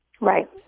Right